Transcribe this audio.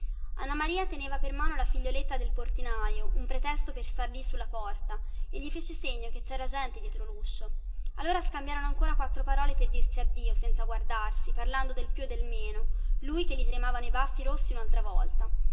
maria teneva per mano la figlioletta del portinaio un pretesto per star lì sulla porta e gli fece segno che cera gente dietro luscio allora scambiarono ancora quattro parole per dirsi addio senza guardarsi parlando del più e del meno lui che gli tremavano i baffi rossi unaltra volta